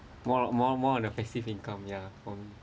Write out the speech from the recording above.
more more more on the passive income ya um